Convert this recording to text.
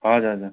हजुर हजुर